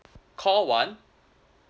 call one